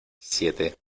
siete